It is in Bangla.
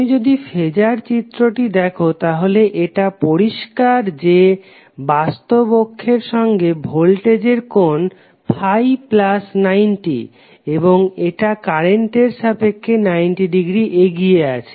তুমি যদি ফেজার চিত্রটি দেখো তাহলে এটা পরিষ্কার যে বাস্তব অক্ষের সাপেক্ষে ভোল্টেজের কোণ ∅90 এবং এটা কারেন্টের সাপেক্ষে 90 ডিগ্রী এগিয়ে আছে